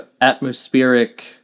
atmospheric